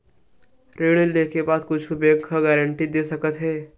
ऋण लेके बाद कुछु बैंक ह का गारेंटी दे सकत हे?